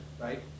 right